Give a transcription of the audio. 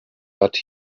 but